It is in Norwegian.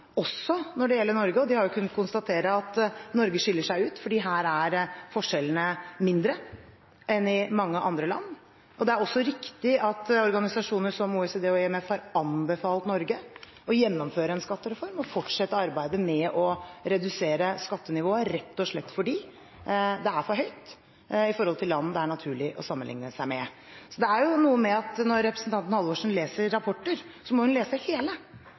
også når det gjelder Norge. De har kunnet konstatere at Norge skiller seg ut, fordi forskjellene her er mindre enn i mange andre land. Det er også riktig at organisasjoner som OECD og IMF har anbefalt Norge å gjennomføre en skattereform og fortsette arbeidet med å redusere skattenivået, rett og slett fordi det er for høyt i forhold til land det er naturlig å sammenlikne seg med. Så det er noe med at når representanten Johansen leser rapporter, må hun lese hele.